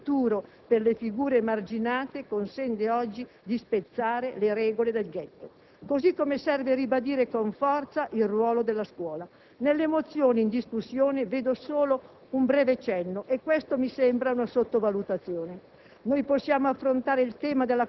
ma solo una seria possibilità di futuro per le figure emarginate consente oggi di spezzare le regole del ghetto. Serve, inoltre, ribadire con forza il ruolo della scuola. Nelle mozioni in discussione vedo solo un breve cenno e ciò mi sembra una sottovalutazione.